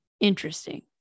Interesting